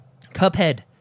Cuphead